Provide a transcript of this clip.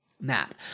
map